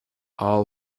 all